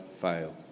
fail